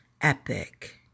epic